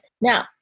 Now